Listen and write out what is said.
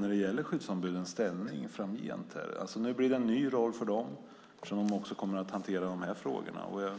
när det gäller skyddsombudens ställning framgent? Nu blir det en ny roll för dem, när de kommer att hantera även de här frågorna.